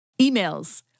Emails